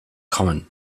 common